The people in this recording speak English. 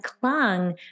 clung